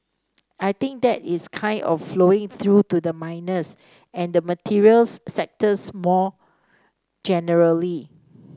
I think that is kind of flowing through to the miners and the materials sectors more generally